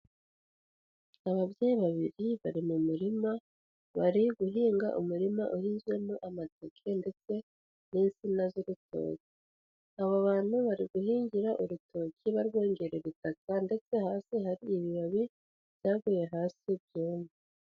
Ababyeyi babiri bari mu murima bari guhinga umurima uhinzwemo amateke ndetse n'insina z'urutoki. Aba bantu bari guhingira urutoki barwongerera itaka ndetse hasi hari ibibabi byaguye hasi byumye.